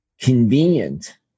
convenient